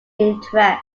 interest